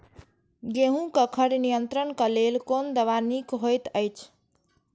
गेहूँ क खर नियंत्रण क लेल कोन दवा निक होयत अछि?